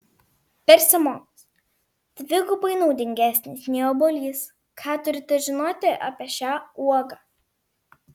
persimonas dvigubai naudingesnis nei obuolys ką turite žinoti apie šią uogą